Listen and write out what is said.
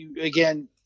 Again